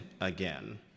again